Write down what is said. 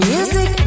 Music